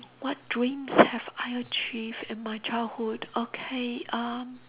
what dreams have I achieved in my childhood okay um